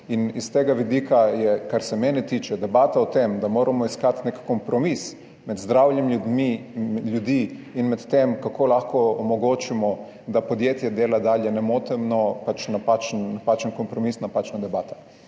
In s tega vidika je, kar se mene tiče, debata o tem, da moramo iskati nek kompromis med zdravjem ljudi in med tem, kako lahko omogočimo, da podjetje dela dalje nemoteno, pač napačen kompromis, napačna debata.